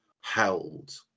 held